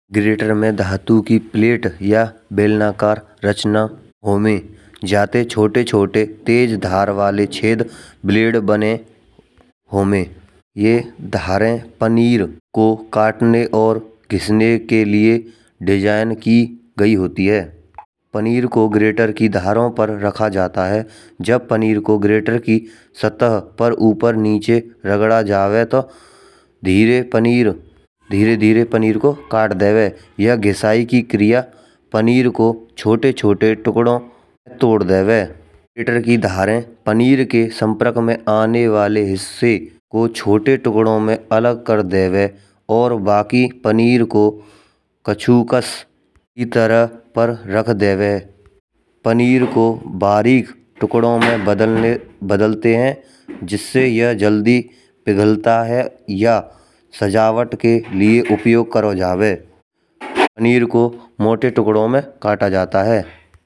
ग्लेटर में धातु की प्लेट या बेलनाकर रचना होवे। जाते छोटे छोटे तेज धार वाले छेद ब्लेड बने होवे। ये धारे पनीर को कटने और घिसने के लिए डिज़ाइन की गई होती है। पनीर को ग्रेटर की धारों पर रखा जाता है। जब पनीर को ग्रेटर की सतह पर ऊपर नीचे रगड़ा जावे तो धीरे धीरे पनीर को काट देवे। ये घिसाई की क्रिया पनीर को छोटे छोटे टुकड़ों तोड़ देवे। गिटर की धारा पनीर के संपर्क में आने वाले हिस्से को छोटे टुकड़ों में अलग कर देवे और बाकी पनीर को कचुकस की तरह पर रख देवे। पनीर को बारीक टुकड़ों में बदलते हैं जिससे ये जल्दी पिघलता है या सजावट के लिए उपयोग करा जावे। पनीर को मोटे टुकड़ों में काटा जाता है।